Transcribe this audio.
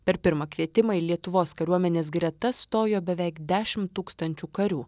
per pirmą kvietimą į lietuvos kariuomenės gretas stojo beveik dešimt tūkstančių karių